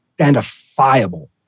identifiable